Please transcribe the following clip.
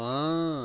پاں